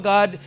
God